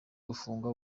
gufungwa